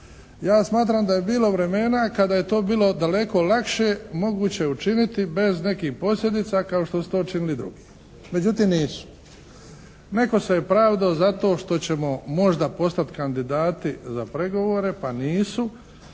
Ja smatram da je bilo vremena kada je to bilo daleko lakše moguće učiniti bez nekih posljedica kao što su to činili drugi, međutim nisu. Netko se je pravdao zato što ćemo možda postati kandidati za pregovore pa nisu,